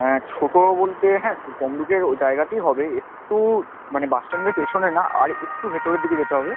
হ্যাঁ ছোটো বলতে হ্যাঁ তমলুকের ও জায়গাটি হবে একটু মানে বাস স্ট্যান্ডের পেছনে না আর একটু ভেতরের দিকে যেতে হবে